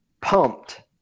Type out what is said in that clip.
pumped